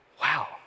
Wow